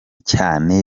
cyane